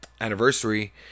anniversary